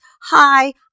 Hi